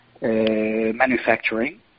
manufacturing